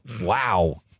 Wow